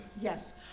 Yes